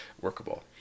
workable